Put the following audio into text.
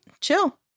chill